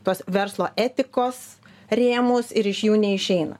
tuos verslo etikos rėmus ir iš jų neišeina